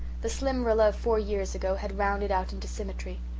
the slim rilla of four years ago had rounded out into symmetry.